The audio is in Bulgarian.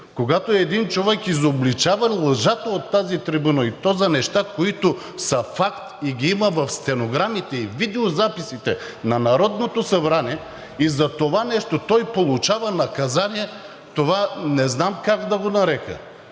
Когато един човек изобличава лъжата от тази трибуна, и то за неща, които са факт и ги има в стенограмите и видеозаписите на Народното събрание, и за това нещо той получава наказание – това не знам как да го нарека.